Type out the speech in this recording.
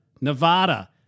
Nevada